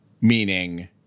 Meaning